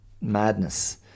madness